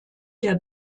der